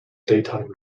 daytime